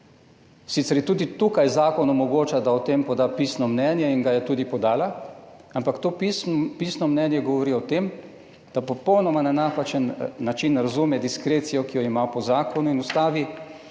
Sicer ji tudi tukaj zakon omogoča, da o tem poda pisno mnenje in ga je tudi podala, ampak to pisno mnenje govori o tem, da popolnoma na napačen način razume diskrecijo, ki jo ima po zakonu in Ustavi,